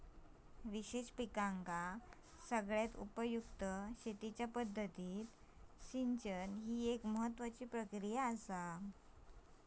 विशेष पिकांका सगळ्यात उपयुक्त शेतीच्या पद्धतीत सिंचन एक महत्त्वाची प्रक्रिया हा